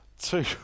Two